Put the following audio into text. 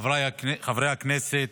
חברי הכנסת,